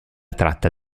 tratta